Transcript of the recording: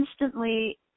instantly